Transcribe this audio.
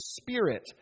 Spirit